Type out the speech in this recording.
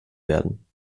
werden